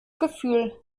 gefühl